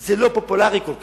זה לא פופולרי כל כך.